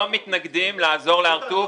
אנחנו לא מתנגדים לעזור ל"הר-טוב",